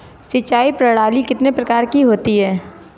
सिंचाई प्रणाली कितने प्रकार की होती है?